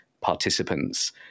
participants